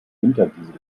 winterdiesel